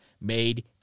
Made